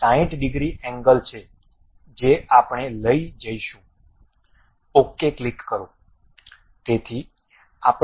તે 60 degree angle છે જે આપણે લઈ જઈશું ok ક્લિક કરો